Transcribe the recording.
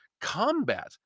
combat